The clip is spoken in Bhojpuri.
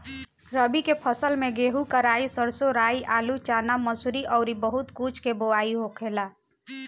रबी के फसल में गेंहू, कराई, सरसों, राई, आलू, चना, मसूरी अउरी बहुत कुछ के बोआई होखेला